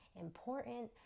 important